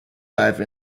life